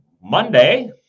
Monday